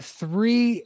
three